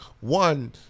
One